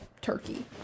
turkey